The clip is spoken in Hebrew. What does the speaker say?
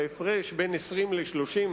ההפרש בין 20 ל-30,